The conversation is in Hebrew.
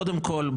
קודם כל,